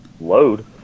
load